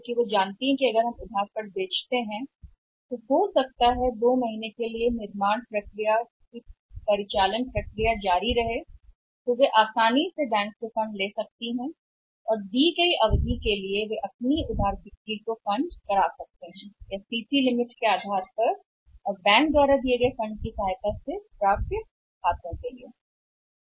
क्योंकि वे जानते हैं कि अगर वे हम क्रेडिट पर बेच रहे हैं हो सकता है 2 महीने की अवधि के लिए फिर निर्माण के लिए परिचालन प्रक्रिया जारी रखें प्रक्रिया वे आसानी से बैंक से धन प्राप्त कर सकते हैं और निश्चित समय के लिए कर सकते हैं उनकी क्रेडिट बिक्री या शायद खातों द्वारा प्रदान की गई धनराशि की मदद से प्राप्तियांबैंकों और कि CC सीमा के आधार पर